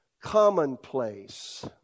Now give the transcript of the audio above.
commonplace